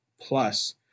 Plus